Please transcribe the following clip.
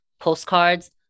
Postcards